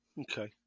Okay